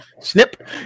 Snip